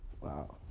Wow